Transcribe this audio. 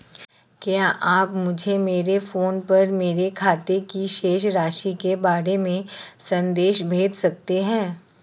क्या आप मुझे मेरे फ़ोन पर मेरे खाते की शेष राशि के बारे में संदेश भेज सकते हैं?